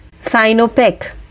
Sinopec